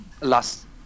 last